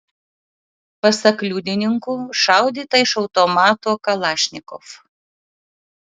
pasak liudininkų šaudyta iš automato kalašnikov